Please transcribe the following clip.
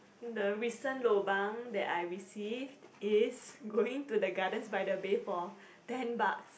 the recent lobang that I received is going to the gardens-by-the-bay for ten bucks